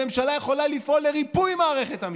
הממשלה יכולה לפעול לריפוי מערכת המשפט,